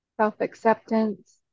Self-acceptance